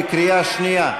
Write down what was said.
בקריאה שנייה.